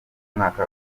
umwaka